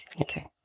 Okay